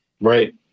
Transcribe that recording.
Right